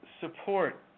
support